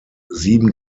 sieben